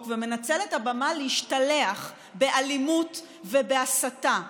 ומנצל את הבמה להשתלח באלימות ובהסתה בשמאל,